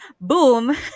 boom